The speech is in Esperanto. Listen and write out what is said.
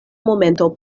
momento